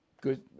Good